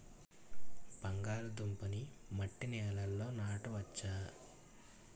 బంగాళదుంప నీ మట్టి నేలల్లో నాట వచ్చా?